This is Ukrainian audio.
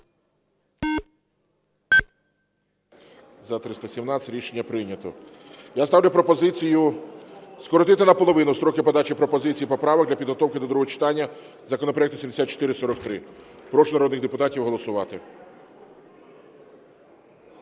За-317 Рішення прийнято. Я ставлю пропозицію скоротити наполовину строки подачі пропозицій і поправок для підготовки до другого читання законопроекту 7443. Прошу народних депутатів голосувати.